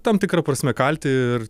tam tikra prasme kalti ir